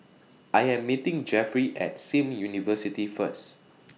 I Am meeting Jefferey At SIM University First